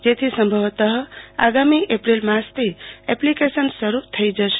જેથી સંભવત આગામી એપ્રિલ માસથી એપ્લિકેશન શરૂ થઈ જશે